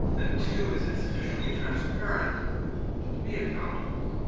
and two, is it sufficiently transparent to be accountable?